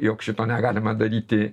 jog šito negalima daryti